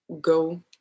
go